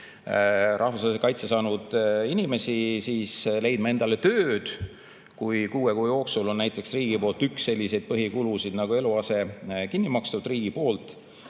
rahvusvahelise kaitse saanud inimesi leidma endale tööd, kui kuue kuu jooksul on näiteks riigi poolt üks selliseid põhikulusid nagu eluase kinni makstud.